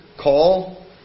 call